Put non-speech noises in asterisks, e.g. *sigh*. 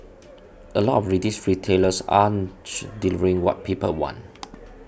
a lot of these retailers aren't *unintelligible* delivering what people want